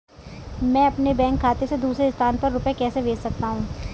मैं अपने बैंक खाते से दूसरे स्थान पर रुपए कैसे भेज सकता हूँ?